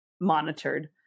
monitored